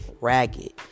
ragged